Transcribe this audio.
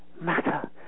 matter